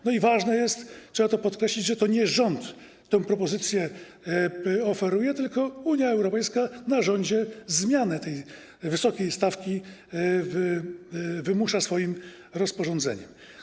I ważne jest - trzeba to podkreślić - że to nie rząd tę propozycję oferuje, tylko Unia Europejska wymusza na rządzie zmianę tej wysokiej stawki swoim rozporządzeniem.